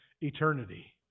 eternity